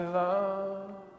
love